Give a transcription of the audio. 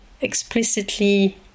explicitly